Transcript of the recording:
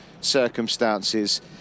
circumstances